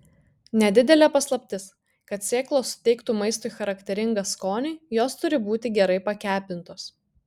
nedidelė paslaptis kad sėklos suteiktų maistui charakteringą skonį jos turi būti gerai pakepintos